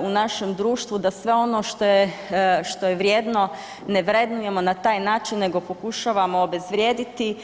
u našem društvu da sve ono što je vrijedno ne vrednujemo na taj način nego pokušavamo obezvrijediti.